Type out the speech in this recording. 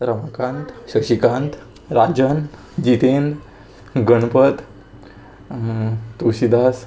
Ramakant Shashikant Rajan Jitendra Ganpat Tulsidas